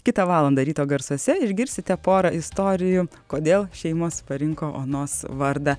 kitą valandą ryto garsuose išgirsite porą istorijų kodėl šeimos parinko onos vardą